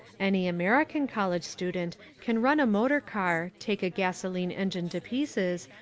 any american college student can run a motor car, take a gasoline engine to pieces,